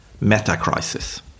meta-crisis